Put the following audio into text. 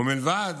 ובלבד